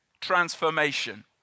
transformation